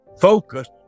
Focus